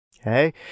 Okay